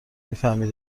میفهمی